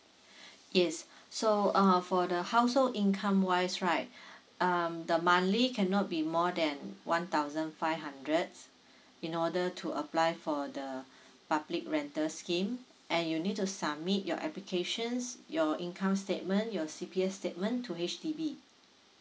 yes so uh for the household income wise right um the monthly cannot be more than one thousand five hundred in order to apply for the public rental scheme and you need to submit your applications your income statement your C_P_F statement to H_D_B